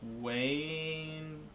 Wayne